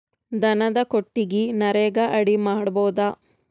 ದನದ ಕೊಟ್ಟಿಗಿ ನರೆಗಾ ಅಡಿ ಮಾಡಬಹುದಾ?